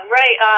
right